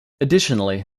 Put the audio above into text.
additionally